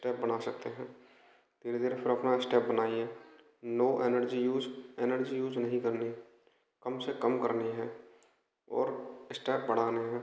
step बना सकते है धीरे धीरे फिर अपना स्टेप बनाइए no energy use energy use नहीं करनी है कम से कम करनी हैं और स्टेप बढ़ाने है